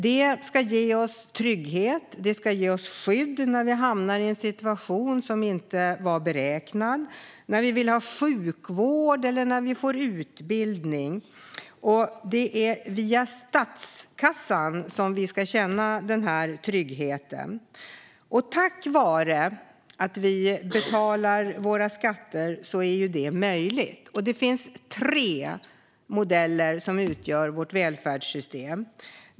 Det ska ge oss trygghet och skydd när vi hamnar i en situation som inte var beräknad, när vi vill ha sjukvård eller när vi får utbildning. Det är via statskassan som vi ska känna den tryggheten. Tack vare att vi betalar våra skatter är det möjligt. Det finns tre modeller som utgör vårt välfärdssystem.